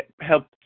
help